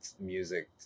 music